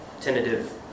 tentative